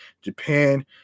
japan